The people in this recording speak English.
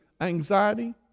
anxiety